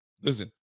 Listen